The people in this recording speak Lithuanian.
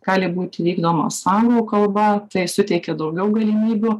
gali būti vykdomos anglų kalba tai suteikia daugiau galimybių